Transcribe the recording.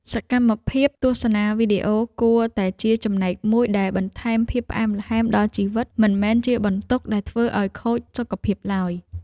សកម្មភាពទស្សនាវីដេអូគួរតែជាចំណែកមួយដែលបន្ថែមភាពផ្អែមល្ហែមដល់ជីវិតមិនមែនជាបន្ទុកដែលធ្វើឱ្យខូចសុខភាពឡើយ។